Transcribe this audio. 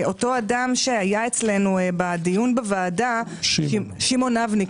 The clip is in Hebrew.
אותו אדם שהיה אצלנו בדיון בוועדה, שמעון אבני,